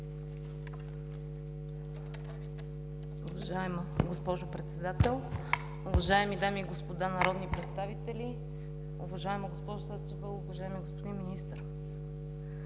Уважаема госпожо Председател, уважаеми дами и господа народни представители, уважаема госпожо Сачева, уважаеми господин Министър!